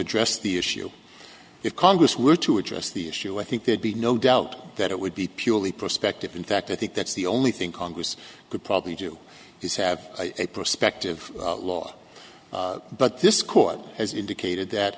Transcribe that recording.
address the issue if congress were to address the issue i think there'd be no doubt that it would be purely prospective in fact i think that's the only thing congress could probably do is have a prospective law but this court has indicated that